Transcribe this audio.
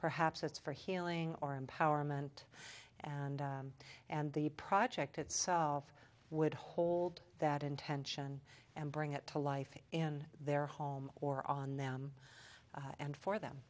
perhaps it's for healing or empowerment and and the project itself would hold that intention and bring it to life in their home or on them and for them